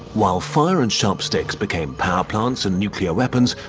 while fire and sharp sticks became power plants and nuclear weapons,